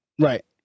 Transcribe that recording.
Right